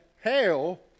hail